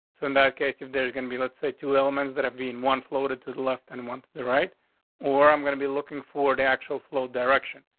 so in that case, if there's gonna be, let's say two elements that have being one floated to the left and one to the right or i'm gonna be looking forward actual flow direction.